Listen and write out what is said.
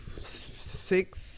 six